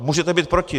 Můžete být proti.